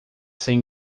cem